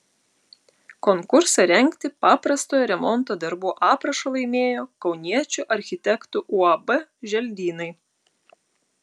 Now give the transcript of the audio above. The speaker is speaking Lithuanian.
konkursą rengti paprastojo remonto darbų aprašą laimėjo kauniečių architektų uab želdynai